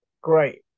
Great